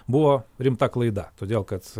buvo rimta klaida todėl kad